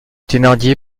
thénardier